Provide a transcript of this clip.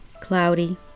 cloudy